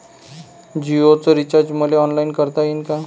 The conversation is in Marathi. जीओच रिचार्ज मले ऑनलाईन करता येईन का?